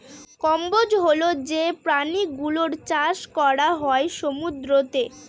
কম্বোজ হল যে প্রাণী গুলোর চাষ করা হয় সমুদ্রতে